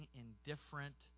indifferent